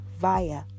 via